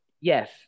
Yes